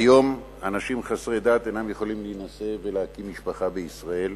כיום אנשים חסרי דת אינם יכולים להינשא ולהקים משפחה בישראל,